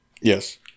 Yes